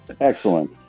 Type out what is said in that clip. Excellent